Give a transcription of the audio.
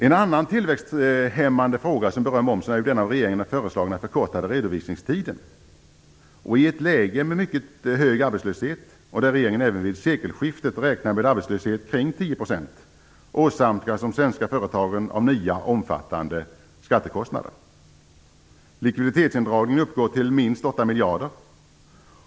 En annan tillväxthämmande fråga som berör momsen är den av regeringen föreslagna förkortade redovisningstiden. I ett läge med mycket hög arbetslöshet - regeringen räknar även vid sekelskiftet med arbetslöshet kring 10 %- åsamkas de svenska företagen nya omfattande skattekostnader. Likviditetsindragningen uppgår till minst 8 miljarder.